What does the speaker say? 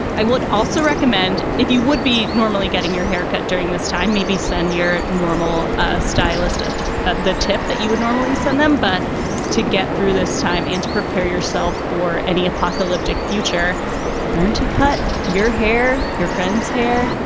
i would also recommend if you would be normally getting your haircut during this time, maybe send your normal ah stylist at the tip that you would normally send them, but to get through this time and to prepare yourself for any apocalyptic future learn to cut your hair, your friend's hair.